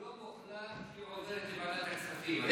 היום הוחלט שהיא עוברת לוועדת הכספים.